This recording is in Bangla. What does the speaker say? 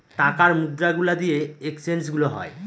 টাকার মুদ্রা গুলা দিয়ে এক্সচেঞ্জ গুলো হয়